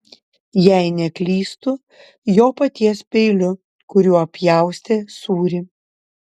jei neklystu jo paties peiliu kuriuo pjaustė sūrį